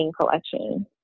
collection